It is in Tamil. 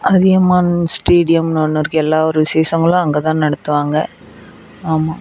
அதியமான் ஸ்டேடியம்னு ஒன்று இருக்குது எல்லா ஒரு விசேஷங்களும் அங்கே தான் நடத்துவாங்க ஆமாம்